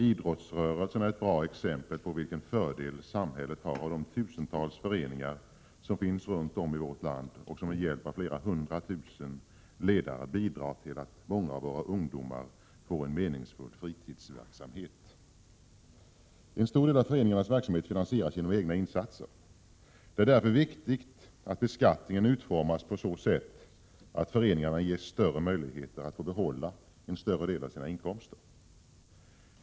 Idrottsrörelsen är ett bra exempel på vilken fördel samhället har av de tusentals föreningar som finns runt om i vårt land och som med hjälp av flera hundra tusen ledare bidrar till att många av våra ungdomar får en meningsfull fritidsverksamhet. En stor del av föreningarnas verksamhet finansieras genom egna insatser. Det är därför viktigt att beskattningen utformas på så sätt att föreningarna ges ökade möjligheter att behålla en större del av sina inkomster.